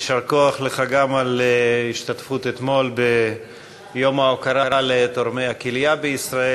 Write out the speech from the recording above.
יישר כוח לך גם על ההשתתפות אתמול ביום ההוקרה לתורמי הכליה בישראל.